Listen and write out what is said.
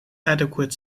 adequate